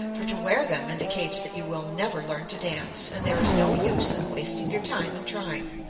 for to wear them indicates that you will never learn to dance, and there is no use in wasting your time in trying.